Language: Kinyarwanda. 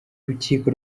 urukiko